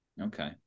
Okay